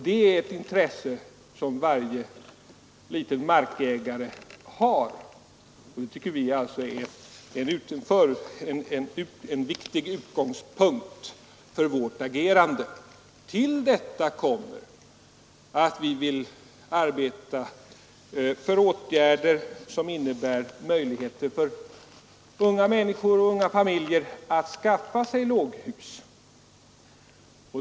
Det är ett intresse som varje liten markägare har, och det tycker vi är en viktig utgångspunkt för vårt agerande. Till detta kommer att vi vill arbeta för åtgärder som innebär möjligheter för unga människor och unga familjer att skaffa sig låghus.